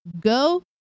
Go